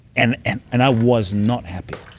and and and i was not happy.